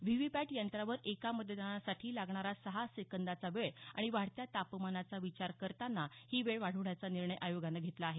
VVPAT यंत्रावर एका मतदानासाठी लागणारा सहा सेंकंदाचा वेळ आणि वाढत्या तापमानाचा विचार करता ही वेळ वाढवण्याचा निर्णय आयोगानं घेतला आहे